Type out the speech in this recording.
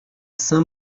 saint